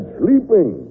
sleeping